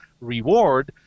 reward